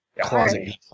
Closet